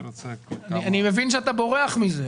אני מבין שאתה בורח מזה.